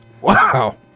Wow